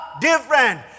different